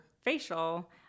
facial